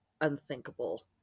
unthinkable